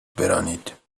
برانید